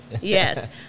Yes